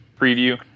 preview